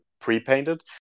pre-painted